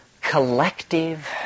collective